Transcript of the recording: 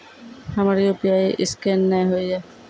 हमर UPI scan नेय हो या?